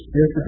Yes